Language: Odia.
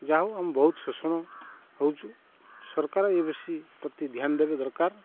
ଯାହା ହଉ ଆମ ବହୁତ ଶୋଷଣ ହଉଛୁ ସରକାର ଏ ବେଶୀ ପ୍ରତି ଧ୍ୟାନ ଦେବେ ଦରକାର